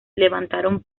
levantaron